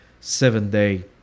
seven-day